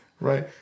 right